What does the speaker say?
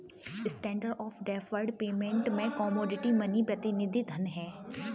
standard of deferred payment में commodity money प्रतिनिधि धन हैं